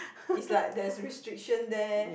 it's like there's restriction there